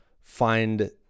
find